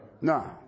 No